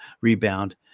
rebound